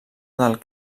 del